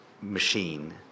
machine